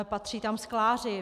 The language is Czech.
Patří tam skláři.